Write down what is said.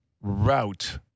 route